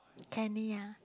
Kenny ya